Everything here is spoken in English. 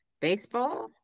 baseball